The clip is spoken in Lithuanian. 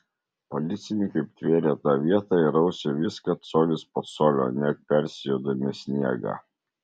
policininkai aptvėrė tą vietą ir rausė viską colis po colio net persijodami sniegą